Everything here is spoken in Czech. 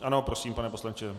Ano, prosím, pane poslanče.